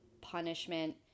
punishment